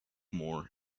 more